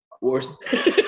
worse